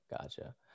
Gotcha